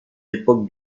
époques